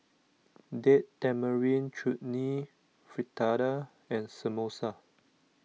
Date Tamarind Chutney Fritada and Samosa